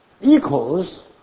equals